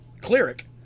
cleric